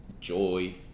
joy